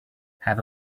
have